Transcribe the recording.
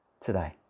today